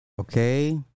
Okay